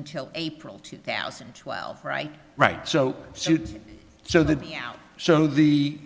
until april two thousand and twelve right right so soon so the so the